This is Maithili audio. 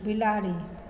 बिलाड़ि